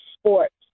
sports